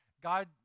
God